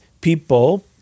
people